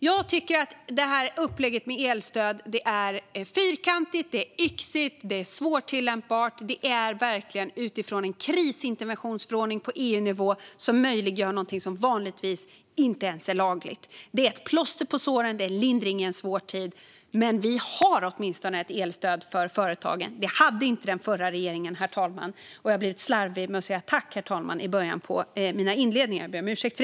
Jag tycker att upplägget med elstöd är fyrkantigt, yxigt och svårtillämpbart, och det är verkligen något som gjorts utifrån en krisinterventionsförordning på EU-nivå och som ska möjliggöra något som vanligtvis inte ens är lagligt. Det är ett plåster på såren och en lindring i en svår tid, men vi har åtminstone ett elstöd för företagen. Det hade inte den förra regeringen, herr talman.